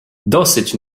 dosyć